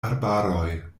arbaroj